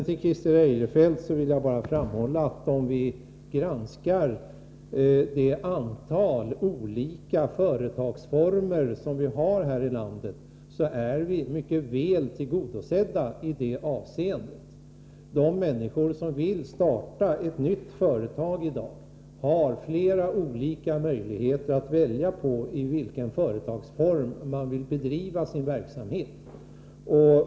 Till Christer Eirefelt vill jag bara framhålla, att om vi granskar de olika företagsformer som vi har i vårt land, skall vi finna att vi är mycket väl tillgodosedda. De människor som vill starta ett nytt företag i dag har flera olika möjligheter att välja mellan.